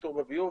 הניטור בביוב,